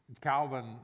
Calvin